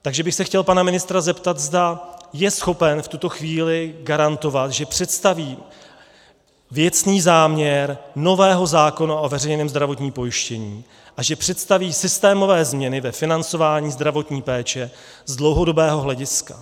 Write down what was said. Takže bych se chtěl pana ministra zeptat, zda je schopen v tuto chvíli garantovat, že představí věcný záměr nového zákona o veřejném zdravotním pojištění a že představí systémové změny ve financování zdravotní péče z dlouhodobého hlediska.